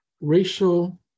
racial